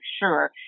sure